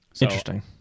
Interesting